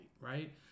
right